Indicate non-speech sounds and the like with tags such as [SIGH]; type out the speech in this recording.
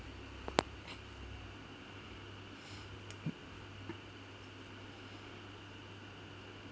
[BREATH]